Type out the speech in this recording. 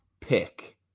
pick